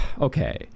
okay